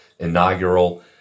inaugural